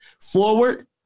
forward